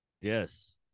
Yes